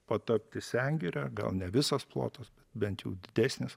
patapti sengire gal ne visas plotas bent jau didesnis